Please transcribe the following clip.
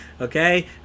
okay